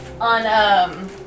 on